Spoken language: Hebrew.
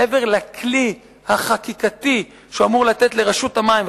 מעבר לכלי החקיקתי שהוא אמור לתת לרשות המים,